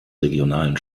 regionalen